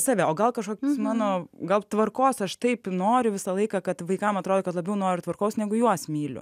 save o gal kažkoks mano gal tvarkos aš taip noriu visą laiką kad vaikam atrodo kad labiau noriu tvarkaus negu juos myliu